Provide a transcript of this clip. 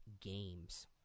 games